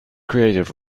creative